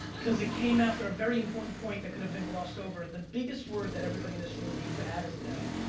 cause it came after a very important point that could have been glossed over. the biggest word that everybody in this room needs to add is no.